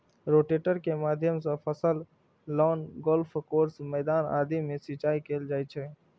rotator के माध्यम सं फसल, लॉन, गोल्फ कोर्स, मैदान आदि मे सिंचाइ कैल जाइ छै